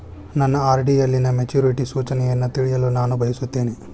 ನನ್ನ ಆರ್.ಡಿ ಯಲ್ಲಿನ ಮೆಚುರಿಟಿ ಸೂಚನೆಯನ್ನು ತಿಳಿಯಲು ನಾನು ಬಯಸುತ್ತೇನೆ